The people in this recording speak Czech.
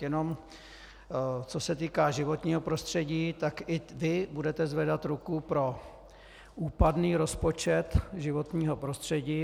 Jenom co se týká životního prostředí, i vy budete zvedat ruku pro úpadný rozpočet životního prostředí.